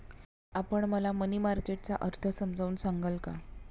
आपण मला money market चा अर्थ समजावून सांगाल का?